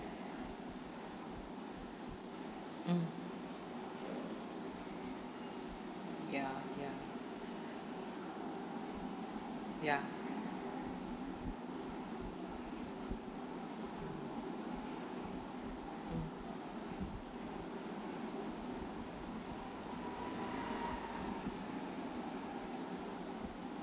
mm ya ya ya mm